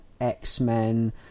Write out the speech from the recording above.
x-men